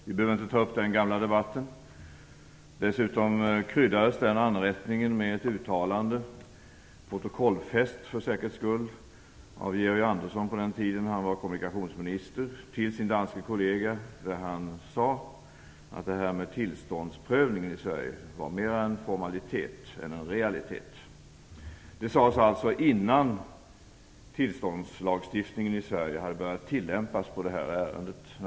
Vi behöver inte ta upp den gamla debatten, men denna anrättning kryddades dessutom med att Georg Andersson, på den tiden då han var kommunikationsminister, sade till sin danske kollega att tillståndsprövningen i Sverige mer var en formalitet än en realitet. Detta uttalande finns för säkerhets skull dokumenterat i protokoll. Detta sades alltså innan tillståndslagstiftningen i Sverige hade börjat tillämpas på det här ärendet.